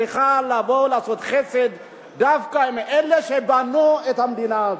צריכה לבוא לעשות חסד דווקא עם אלה שבנו את המדינה הזאת.